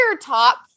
top